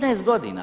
15 godina.